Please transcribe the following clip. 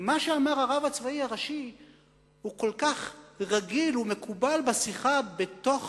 ומה שאמר הרב הצבאי הראשי הוא כל כך רגיל ומקובל בשיחה בתוך